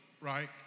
right